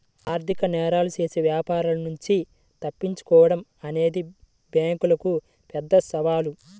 ఆర్థిక నేరాలు చేసే వ్యాపారుల నుంచి తప్పించుకోడం అనేది బ్యేంకులకు పెద్ద సవాలు